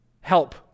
help